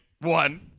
One